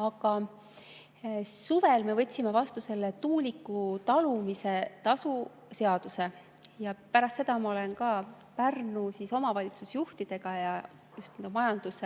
Aga suvel me võtsime vastu selle tuulikute talumise tasu seaduse. Pärast seda ma olen [rääkinud] Pärnu[maa] omavalitsusjuhtidega, just majandus‑